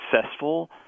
successful